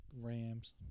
Rams